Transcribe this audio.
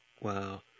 Wow